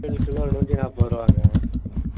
ஏழு கிலோ நூற்றி நாற்பது ரூபாங்க ம்